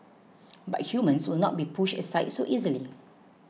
but humans will not be pushed aside so easily